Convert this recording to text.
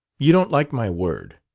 you don't like my word.